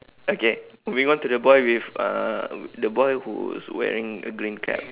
okay moving on to the boy with uh the boy who's wearing a green cap